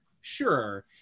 Sure